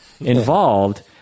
involved